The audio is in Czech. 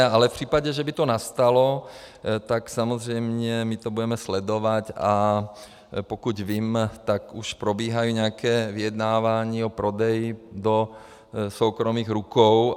V případě, že by to nastalo, tak my to samozřejmě budeme sledovat, a pokud vím, tak už probíhají nějaká vyjednávání o prodeji do soukromých rukou.